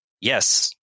Yes